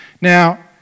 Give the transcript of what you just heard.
Now